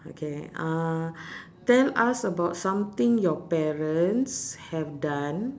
okay uh tell us about something about your parents have done